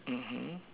mmhmm